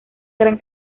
gran